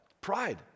Pride